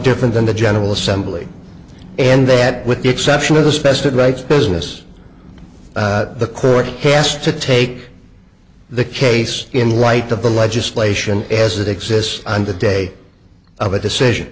different than the general assembly and that with the exception of the specified rights business the court has to take the case in light of the legislation as it exists on the day of a decision